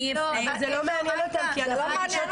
אבל זה לא מעניין אותם -- שנייה,